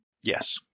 Yes